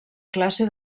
classe